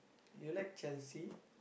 you like Chelsea